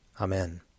Amen